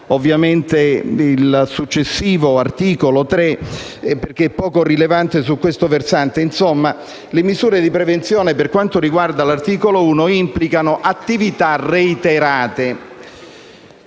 ovviamente il successivo articolo 3, perché poco rilevante su questo versante. In sostanza, le misure di prevenzione, per quanto riguarda l'articolo 1, implicano attività reiterate.